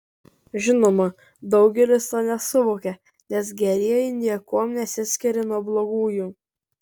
žinoma daugelis to nesuvokia nes gerieji niekuom nesiskiria nuo blogųjų